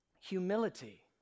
Humility